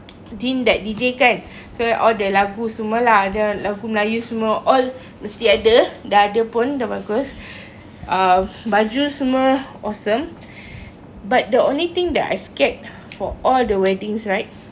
then that D_J kan so all the lagu semua lah ada lagu melayu semua all mesti ada dah ada pun dah bagus uh baju semua awesome but the only thing that I scared for all the weddings right